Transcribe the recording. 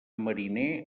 mariner